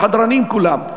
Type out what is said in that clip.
זה חדרנים כולם,